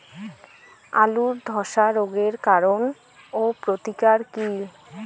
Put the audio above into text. আলুর ধসা রোগের কারণ ও প্রতিকার কি?